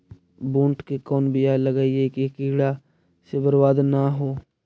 बुंट के कौन बियाह लगइयै कि कीड़ा से बरबाद न हो?